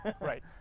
right